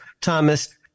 Thomas